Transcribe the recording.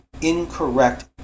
incorrect